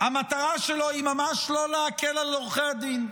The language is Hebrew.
המטרה שלו היא ממש לא להקל על עורכי הדין,